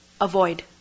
Avoid